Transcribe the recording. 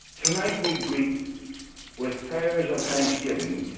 tonight we greet with prayers of thanksgiving,